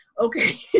Okay